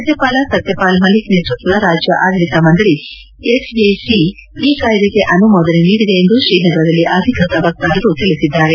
ರಾಜ್ಲಪಾಲ ಸತ್ಲಪಾಲ್ ಮಲಿಕ್ ನೇತೃತ್ವದ ರಾಜ್ಯ ಆಡಳಿತ ಮಂಡಳಿ ಎಸ್ಎಸಿ ಈ ಕಾಯ್ಲೆಗೆ ಅನುಮೋದನೆ ನೀಡಿದೆ ಎಂದು ಶ್ರೀನಗರದಲ್ಲಿ ಅಧಿಕೃತ ವಕ್ಕಾರರು ತಿಳಿಸಿದ್ದಾರೆ